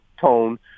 tone